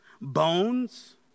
bones